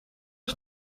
een